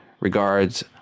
Regards